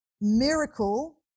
miracle